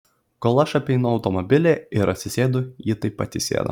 kol aš apeinu automobilį ir atsisėdu ji taip pat įsėda